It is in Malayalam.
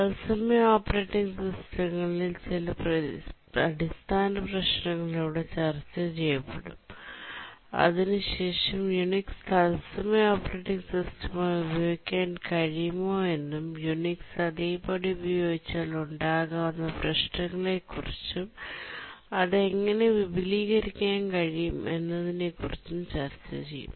തത്സമയ ഓപ്പറേറ്റിംഗ് സിസ്റ്റങ്ങളിൽ ഉണ്ടാകുന്ന ചില അടിസ്ഥാന പ്രശ്നങ്ങൾ ഇവിടെ ചർച്ചചെയ്യപ്പെടും അതിനുശേഷം യുണിക്സ് തത്സമയ ഓപ്പറേറ്റിംഗ് സിസ്റ്റമായി ഉപയോഗിക്കാൻ കഴിയുമോ എന്നും യുണിക്സ് അതേപടി ഉപയോഗിച്ചാൽ ഉണ്ടാകാവുന്ന പ്രശ്നങ്ങളെക്കുറിച്ചും അത് എങ്ങനെ വിപുലീകരിക്കാൻ കഴിയും എന്നതിനെക്കുറിച്ചും ചർച്ച ചെയ്യും